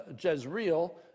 Jezreel